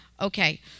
Okay